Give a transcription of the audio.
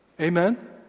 Amen